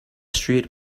street